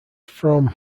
from